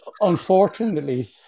unfortunately